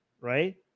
right